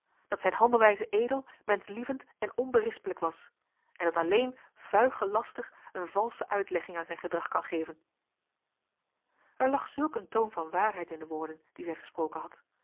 dat zijn handelwijze edel menschlievend en onberispelijk was en dat alleen vuige laster een valsche uitlegging aan zijn gedrag kan geven er lag zulk een toon van waarheid in de woorden die zij gesproken had